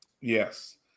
Yes